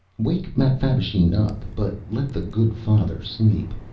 wake mapfabvisheen up, but let the good father sleep.